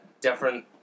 different